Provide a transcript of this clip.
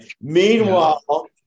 Meanwhile